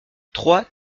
trois